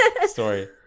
story